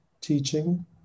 teaching